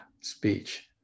speech